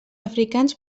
africans